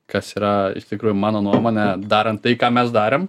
kas yra iš tikrųjų mano nuomone darant tai ką mes darėm